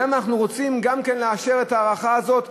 למה אנחנו רוצים גם כן לאשר את ההארכה הזאת,